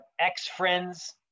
ex-friends